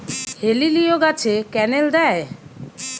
হেলিলিও গাছে ক্যানেল দেয়?